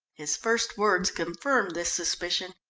his first words confirmed this suspicion.